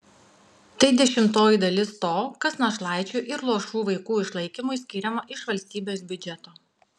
tai dešimtoji dalis to kas našlaičių ir luošų vaikų išlaikymui skiriama iš valstybės biudžeto